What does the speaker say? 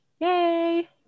Yay